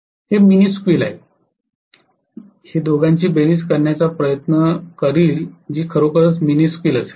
हे mini squeal असेल हे दोघांची बेरीजं करण्याचा प्रयत्न करील जी खरोखरच मिनी स्क्वील असेल